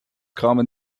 common